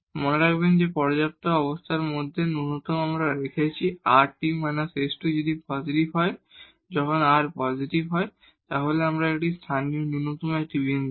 এবং মনে রাখবেন পর্যাপ্ত অবস্থার মধ্যে আমরা দেখেছি যে rt − s2 যদি পজিটিভ হয় যখন r পজিটিভ হয় তাহলে এটি লোকাল মিনিমা একটি বিন্দু